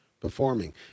performing